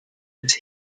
des